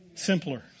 Simpler